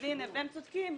והם צודקים.